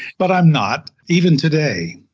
but i'm not. even today,